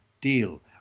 deal